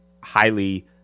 highly